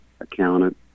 accountant